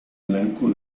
blanco